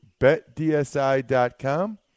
BetDSI.com